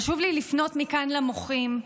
חשוב לי לפנות מכאן למוחים,